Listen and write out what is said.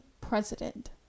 president